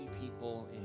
people